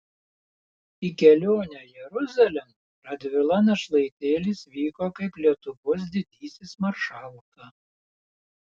į kelionę jeruzalėn radvila našlaitėlis vyko kaip lietuvos didysis maršalka